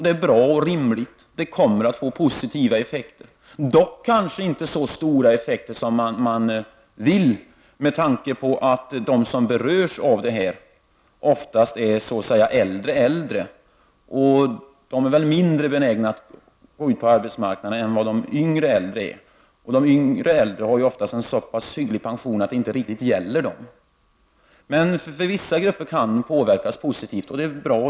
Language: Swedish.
Det är bra och kommer att ge positiva effekter, dock kanske inte så stora effekter som man vill uppnå, med tanke på att de som berörs av detta ofta är ”äldre äldre”, som är mindre benägna att gå ut på arbetsmarknaden än vad ”yngre äldre” är. De senare har ofta en så pass hygglig pension att de inte riktigt berörs av detta. Vissa grupper kan dock påverkas positivt, och det är bra.